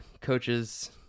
coaches